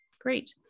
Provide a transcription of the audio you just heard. Great